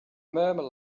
murmur